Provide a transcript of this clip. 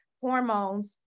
hormones